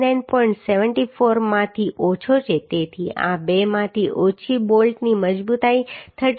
74 માંથી ઓછો છે તેથી આ બેમાંથી ઓછી બોલ્ટની મજબૂતાઈ 37